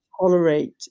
tolerate